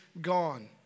gone